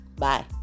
Bye